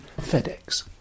FedEx